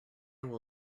will